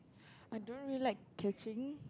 I don't really like catching